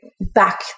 back